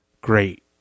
great